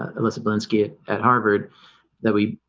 alyssa belinsky at harvard that we